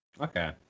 Okay